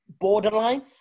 borderline